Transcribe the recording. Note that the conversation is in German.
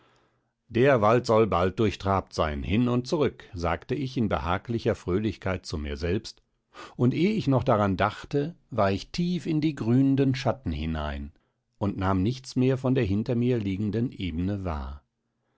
der wald soll bald durchtrabt sein hin und zurück sagte ich in behaglicher fröhlichkeit zu mir selbst und eh ich noch daran dachte war ich tief in die grünenden schatten hinein und nahm nichts mehr von der hinter mir liegenden ebne wahr